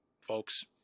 folks